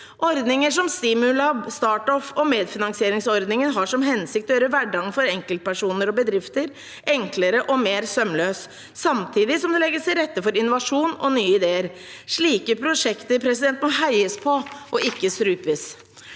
Ordninger som Stimulab, StartOff og medfinansieringsordningen har som hensikt å gjøre hverdagen for enkeltpersoner og bedrifter enklere og mer sømløs, samtidig som det legges til rette for innovasjon og nye ideer. Slike prosjekter må heies på og ikke strupes.